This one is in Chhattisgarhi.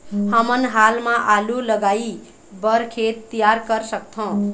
हमन हाल मा आलू लगाइ बर खेत तियार कर सकथों?